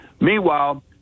Meanwhile